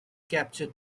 captured